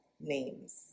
names